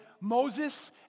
Moses